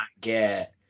get